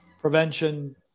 prevention